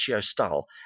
style